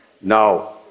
Now